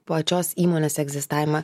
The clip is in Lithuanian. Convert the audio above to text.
pačios įmonės egzistavimą